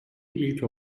ilk